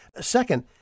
Second